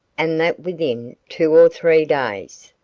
and that within two or three days.